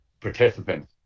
participants